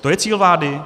To je cíl vlády?